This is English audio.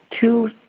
Two